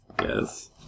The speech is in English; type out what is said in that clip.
Yes